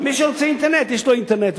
מי שרוצה אינטרנט יש לו אינטרנט.